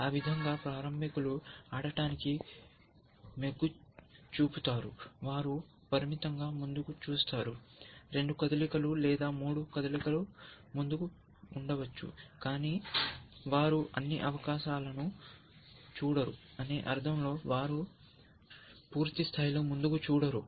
ఆ విధంగా ప్రారంభకులు ఆడటానికి మొగ్గు చూపుతారు వారు పరిమితంగా ముందుకు చూస్తారు రెండు కదలికలు లేదా మూడు కదలికలు ముందుకు ఉండవచ్చు కాని వారు అన్ని అవకాశాలను చూడరు అనే అర్థంలో వారు పూర్తిస్థాయిలో ముందుకు చూడరు